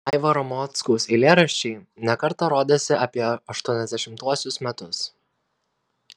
aivaro mockaus eilėraščiai ne kartą rodėsi apie aštuoniasdešimtuosius metus